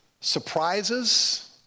surprises